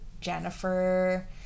Jennifer